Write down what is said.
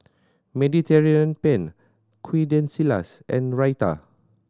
Mediterranean Penne Quesadillas and Raita